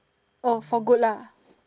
oh for good lah